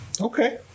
Okay